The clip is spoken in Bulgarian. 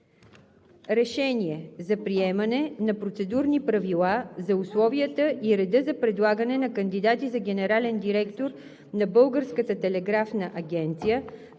РЕШЕНИЕ за приемане на Процедурни правила за условията и реда за предлагане на кандидати за генерален директор на